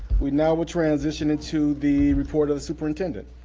we now will transition into the report of the superintendent.